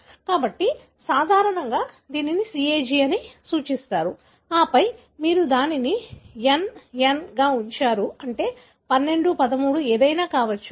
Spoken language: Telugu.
కాబట్టి సాధారణంగా దీనిని CAG అని సూచిస్తారు ఆపై మీరు దానిని n n గా ఉంచారు అంటే 12 13 ఏదైనా కావచ్చు